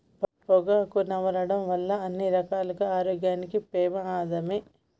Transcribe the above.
పొగాకు నమలడం వల్ల అన్ని రకాలుగా ఆరోగ్యానికి పెమాదమే